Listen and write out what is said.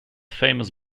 famous